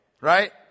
right